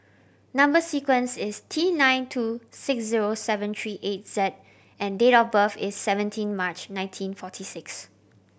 number sequence is T nine two six zero seven three eight Z and date of birth is seventeen March nineteen forty six